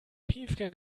piefke